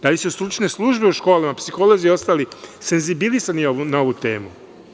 Da li su stručne službe u školama, psiholozi i ostali, senzibilisani na ovu temu?